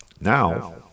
Now